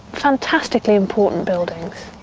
fantastically important buildings.